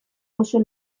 oso